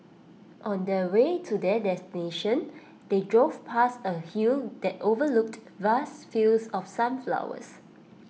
on the way to their destination they drove past A hill that overlooked vast fields of sunflowers